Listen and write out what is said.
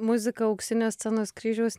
muzika auksinio scenos kryžiaus